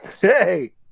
Hey